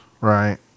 Right